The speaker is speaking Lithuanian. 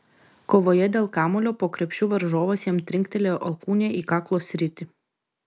kovoje dėl kamuolio po krepšiu varžovas jam trinktelėjo alkūne į kaklo sritį